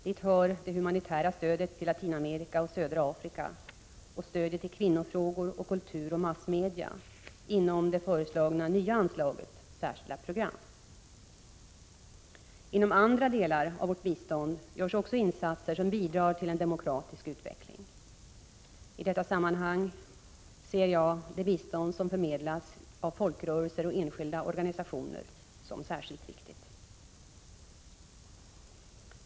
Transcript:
Dit hör det humanitära stödet till Latinamerika och södra Afrika samt stödet till kvinnofrågor, kultur och massmedia inom det föreslagna nya anslaget för särskilda program. Inom andra delar av vårt bistånd görs också insatser som bidrar till en demokratisk utveckling. I dessa sammanhang ser jag det bistånd som förmedlas av folkrörelser och enskilda organisationer som särskilt viktigt.